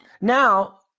Now